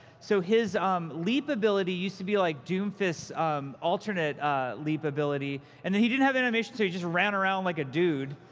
so, his um leap ability used to be like doomfist's alternate leap ability. and and he didn't have animation, so he just ran around like a dude.